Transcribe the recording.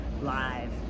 live